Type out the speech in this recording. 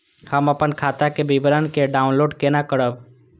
हम अपन खाता के विवरण के डाउनलोड केना करब?